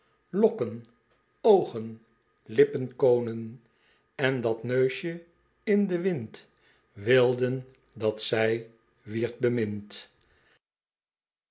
lokken oogen lippen koonen en dat neusjen in den wind wilden dat zij wierd bemind